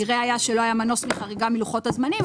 שנראה היה שלא היה מנוס מחריגה מלוחות הזמנים.